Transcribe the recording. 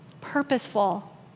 purposeful